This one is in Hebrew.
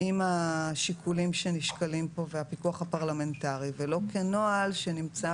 עם השיקולים שנשקלים פה והפיקוח הפרלמנטרי ולא כנוהל שנמצא